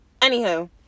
anywho